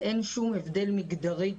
ואין שום הבדל מגדרי,